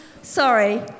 Sorry